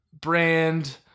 brand